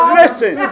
listen